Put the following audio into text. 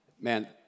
Man